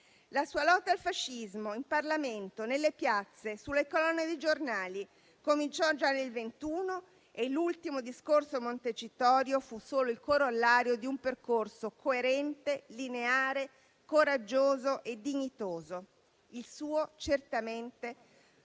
La sua lotta al fascismo in Parlamento, nelle piazze, sulle colonne dei giornali, cominciò già nel 1921 e l'ultimo discorso a Montecitorio fu solo il corollario di un percorso coerente, lineare, coraggioso e dignitoso. Il suo, certamente,